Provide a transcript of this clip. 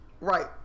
Right